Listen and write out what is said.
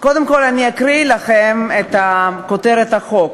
קודם כול אני אקרא לכם את כותרת החוק.